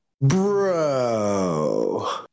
Bro